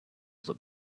that